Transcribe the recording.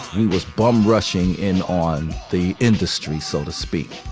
he was bum rushing in on the industry, so to speak.